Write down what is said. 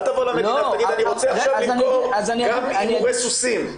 אל תבוא למדינה ותגיד: אני רוצה עכשיו למכור גם הימורי סוסים.